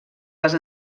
les